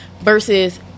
Versus